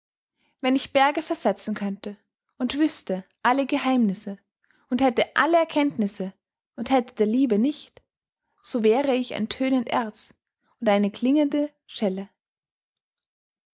wenn ich berge versetzen könnte und wüßte alle geheimnisse und hätte alle erkenntnisse und hätte der liebe nicht so wäre ich ein tönend erz und eine klingende schelle